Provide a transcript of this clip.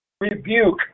rebuke